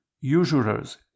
usurers